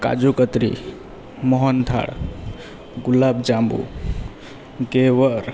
કાજુ katri mohanthal gulab jamun ઘેવર